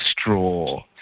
straw